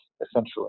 essentially